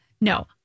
no